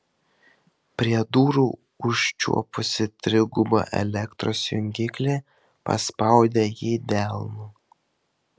prie durų užčiuopusi trigubą elektros jungiklį paspaudė jį delnu